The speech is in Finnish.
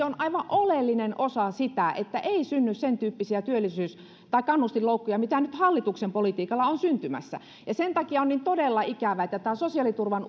on aivan oleellinen osa sitä että ei synny sen tyyppisiä kannustinloukkuja mitä nyt hallituksen politiikalla on syntymässä ja sen takia on niin todella ikävää että tämä sosiaaliturvan